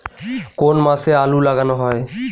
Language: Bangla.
কোন মাসে আলু লাগানো হয়?